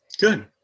Good